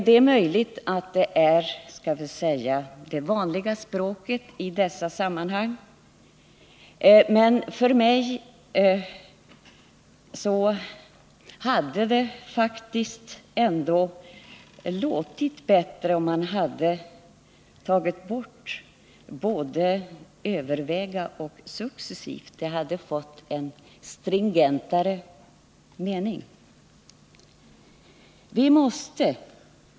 Det är möjligt att dessa ord ingår i, skall vi säga, det vanliga språket i dessa sammanhang, men för mig hade svaret låtit bättre, om kommunikationsministern hade tagit bort både ”överväga” och ”successivt”. Svaret hade då fått en mer stringent mening.